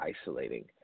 isolating